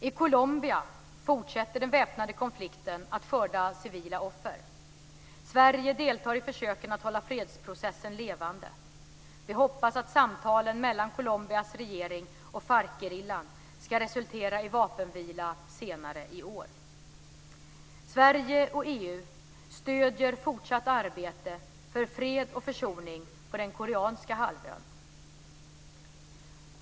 I Colombia fortsätter den väpnade konflikten att skörda civila offer. Sverige deltar i försöken att hålla fredsprocessen levande. Vi hoppas att samtalen mellan Colombias regering och FARC-gerillan ska resultera i vapenvila senare i år. Sverige och EU stöder fortsatt arbete för fred och försoning på den koreanska halvön.